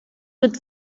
with